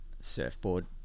surfboard